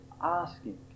asking